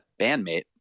bandmate